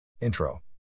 Intro